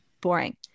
Boring